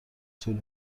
طول